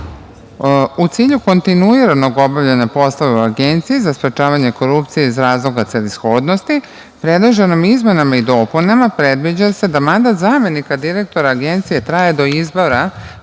cilju kontinuiranog obavljanja poslova u Agenciji za sprečavanje korupcije, iz razloga celishodnosti, predloženim izmenama i dopunama predviđa se da mandat zamenika direktora Agencije traje do izbora